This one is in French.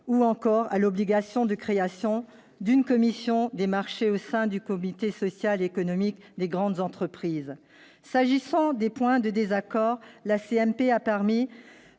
ou encore à l'obligation de création d'une commission des marchés au sein du comité social et économique des grandes entreprises. Pour ce qui est des points de désaccord, la commission